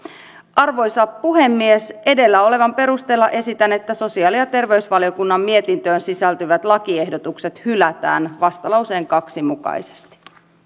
arvoisa puhemies edellä olevan perusteella esitän että sosiaali ja terveysvaliokunnan mietintöön sisältyvät lakiehdotukset hylätään vastalauseen kaksi mukaisesti